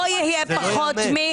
לא יהיה פחות מ-,